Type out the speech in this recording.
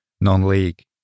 non-league